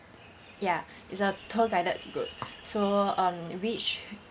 ya it's a tour guided group so um which